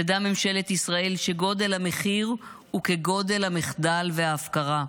תדע ממשלת ישראל שגודל המחיר הוא כגודל המחדל וההפקרה,